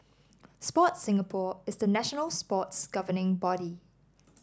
Sport Singapore is the national sports governing body